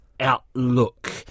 Outlook